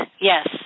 Yes